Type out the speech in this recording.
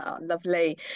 Lovely